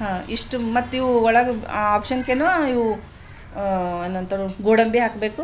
ಹಾಂ ಇಷ್ಟು ಮತ್ತೆ ಇವು ಒಳಗೆ ಆಪ್ಷನ್ಕ್ಕೇನು ಇವು ಏನಂತಾರೆ ಗೋಡಂಬಿ ಹಾಕಬೇಕು